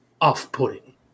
off-putting